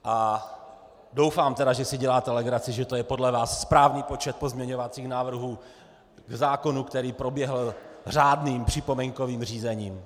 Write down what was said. Teda doufám, že si děláte legraci, že to je podle vás správný počet pozměňovacích návrhů k zákonu, který proběhl řádným připomínkovým řízením.